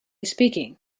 speaking